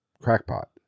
crackpot